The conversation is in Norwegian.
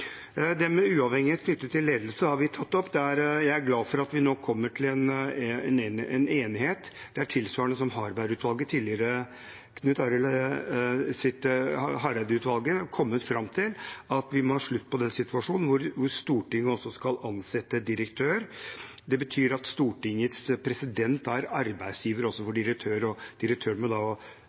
med uavhengighet knyttet til ledelse har vi tatt opp. Jeg er glad for at vi nå kommer til en enighet. Det er tilsvarende det Harberg-utvalget tidligere har kommet fram til, at vi må ha slutt på den situasjonen at Stortinget også skal ansette direktør. Det betyr at Stortingets president er arbeidsgiver også for direktøren, og